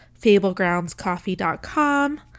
FablegroundsCoffee.com